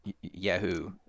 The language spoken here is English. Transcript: yahoo